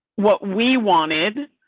what we wanted,